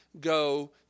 go